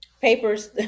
papers